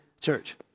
church